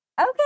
Okay